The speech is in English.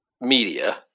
media